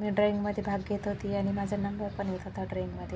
मी ड्राॅईंगमध्ये भाग घेत होती आणि माझा नंबर पण येत होता ड्राॅईंगमध्ये